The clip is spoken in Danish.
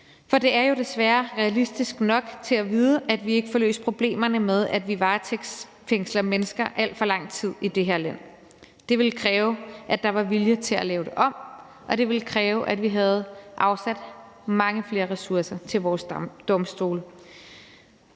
for det er jo desværre realistisk nok til at vide, at vi ikke får løst problemerne med, at vi varetægtsfængsler mennesker i alt for lang tid i det her land. Det ville kræve, at der var en vilje til at lave det om, og det ville kræve, at vi havde afsat mange flere ressourcer til vores domstole.